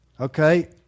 Okay